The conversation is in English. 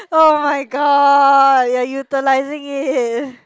oh-my-god you're utilizing it